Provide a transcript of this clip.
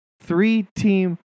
three-team